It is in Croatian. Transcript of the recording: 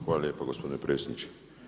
Hvala lijepo gospodine predsjedniče.